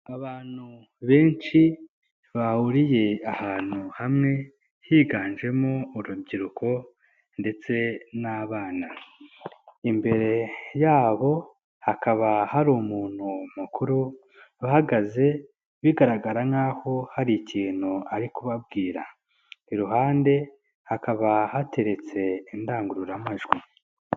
Abantu benshi bahuriye ahantu hamwe higanjemo urubyiruko ndetse n'abana, imbere yabo hakaba hari umuntu mukuru uhagaze bigaragara nkaho hari ikintu ari kubabwira, iruhande hakaba hateretse indangururamajwi.